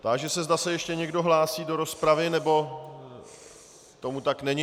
Táži se, zda se ještě někdo hlásí do rozpravy, nebo tomu tak není.